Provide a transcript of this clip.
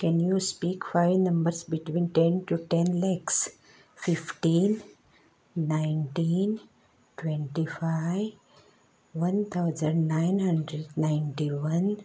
can you speak five numbers between ten to ten lakhs fifteen nineteen twenty five one thousand nine hundred ninety one